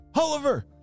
Oliver